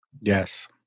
Yes